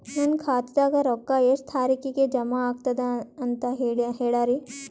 ನನ್ನ ಖಾತಾದಾಗ ರೊಕ್ಕ ಎಷ್ಟ ತಾರೀಖಿಗೆ ಜಮಾ ಆಗತದ ದ ಅಂತ ಹೇಳರಿ?